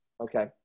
Okay